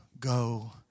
Go